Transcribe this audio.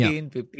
15